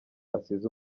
asize